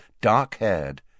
dark-haired